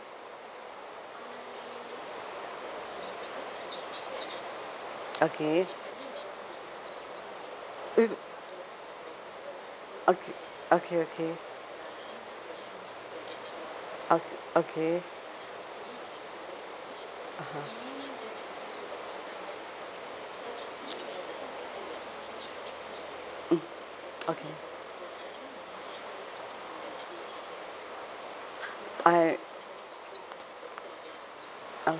okay uh okay okay okay oh okay (uh huh) mm okay I oh